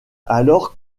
alors